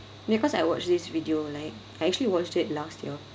because I watch this video like I actually watched it last year